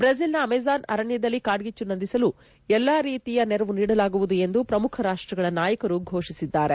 ಬ್ರೆಜಿಲ್ನ Amazon ಅರಣ್ಯದಲ್ಲಿ ಕಾಡ್ಗಿಚ್ಚು ನಂದಿಸಲು ಎಲ್ಲ ರೀತಿಯ ನೆರವು ನೀಡಲಾಗುವುದು ಎಂದು ಪ್ರಮುಖ ರಾಷ್ಟಗಳ ನಾಯಕರು ಘೋಷಿಸಿದ್ದಾರೆ